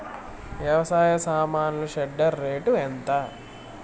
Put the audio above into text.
వ్యవసాయ సామాన్లు shredder rate ఎంత?